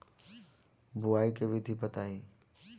बुआई के विधि बताई?